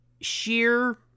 sheer